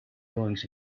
goings